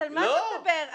על מה אתה מדבר?